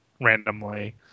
randomly